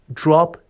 drop